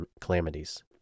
calamities